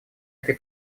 этой